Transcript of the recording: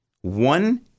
one